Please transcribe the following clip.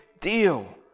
deal